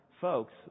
folks